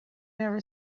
never